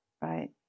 right